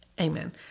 Amen